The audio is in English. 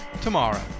tomorrow